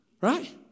Right